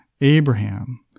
Abraham